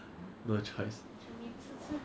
if every beginner put in a thousand dollars